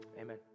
Amen